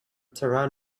taran